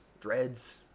dreads